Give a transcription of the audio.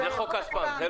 זה חוק הספאם.